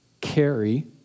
carry